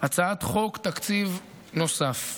הצעת חוק תקציב נוסף.